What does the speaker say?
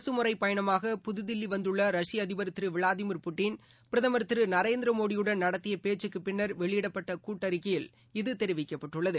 அரசு முறைப்பயணமாக புதுதில்லி வந்துள்ள ரஷ்ய அதிபர் திரு விளாடிமீர் புட்டின் பிரதமர் திரு நரேந்திர மோடியுடன் நடத்தி பேச்சுக்கு பின்னர் வெளியிடபட்ட கூட்டறிக்கையில் இது தெரிவிக்கப்பட்டுள்ளது